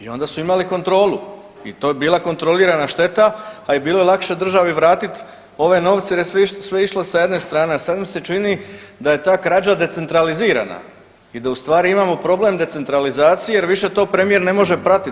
I onda su imali kontrolu i to je bila kontrolirana šteta, a i bilo je lakše državi vratiti ove novce jer je sve išlo sa jedne strane, a sad nam se čini da je ta krađa decentralizirana i da u stvari imamo problem decentralizacije jer više to premijer ne može pratiti.